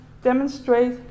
Demonstrate